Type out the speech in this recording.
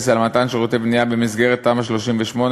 על מתן שירותי בנייה במסגרת תמ"א 38,